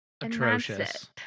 Atrocious